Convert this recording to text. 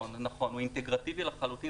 נכון, הוא אינטגרטיבי לחלוטין.